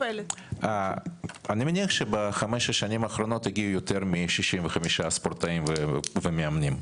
אני מניח שבחמש-שש שנים האחרונות הגיעו יותר מ-65 ספורטאים ומאמנים.